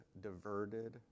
diverted